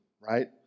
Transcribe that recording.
right